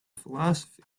philosophy